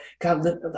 God